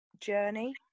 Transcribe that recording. Journey